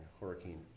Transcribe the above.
Hurricane